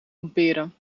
kamperen